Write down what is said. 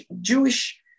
Jewish